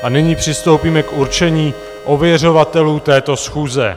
A nyní přistoupíme k určení ověřovatelů této schůze.